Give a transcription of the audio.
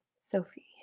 Sophie